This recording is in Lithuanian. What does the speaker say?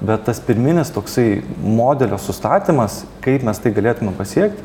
bet tas pirminis toksai modelio sustatymas kaip mes tai galėtumėm pasiekti